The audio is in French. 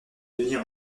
devenir